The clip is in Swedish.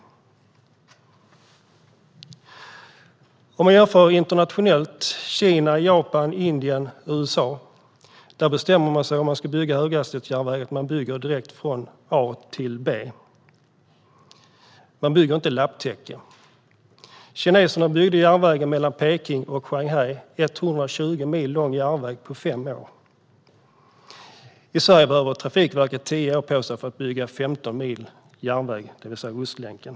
Man kan jämföra internationellt med Kina, Japan, Indien och USA. Där bestämmer man när man bygger höghastighetsjärnväg att man ska bygga direkt från A till B. Man bygger inte lapptäcke. Kineserna byggde järnväg mellan Peking och Shanghai, 120 mil, på fem år. I Sverige behöver Trafikverket tio år för att bygga 15 mil järnväg, det vill säga Ostlänken.